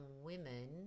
women